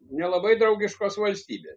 nelabai draugiškos valstybės